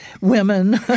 women